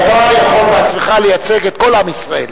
אתה יכול בעצמך לייצג את כל עם ישראל.